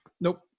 Nope